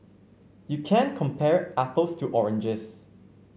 you can't compare apples to oranges